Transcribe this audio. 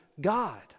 God